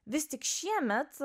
vis tik šiemet